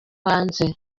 hanze